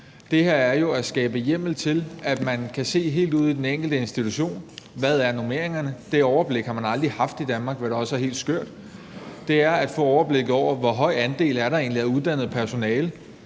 Det her er jo at skabe hjemmel til, at man kan se helt ud i den enkelte institution, hvad normeringerne er. Det overblik har man aldrig haft i Danmark, hvad der også er helt skørt. Det er at få overblik over, hvor høj andel der egentlig er af uddannet personale